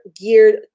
geared